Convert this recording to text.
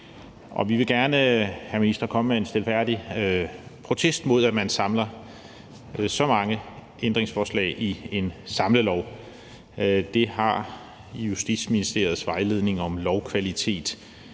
minister, komme med en stilfærdig protest mod, at man samler så mange ændringsforslag i en samlelov. Det har Justitsministeriets vejledning om lovkvalitet